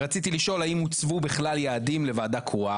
ורציתי לשאול האם הוצבו בכלל יעדים לוועדה קרואה.